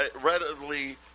readily